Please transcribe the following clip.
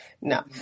No